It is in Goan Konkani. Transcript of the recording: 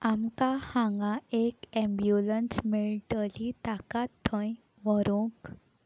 आमकां हांगा एक ऍम्ब्युलंन्स मेळटली ताका थंय व्हरोंक